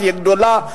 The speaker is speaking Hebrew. תהיה גדולה,